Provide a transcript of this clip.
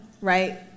right